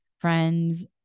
friends